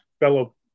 Fellow